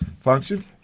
function